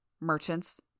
Merchants